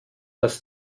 dass